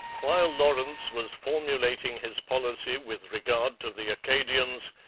while lawrence was formulating his policy with regard to the acadians,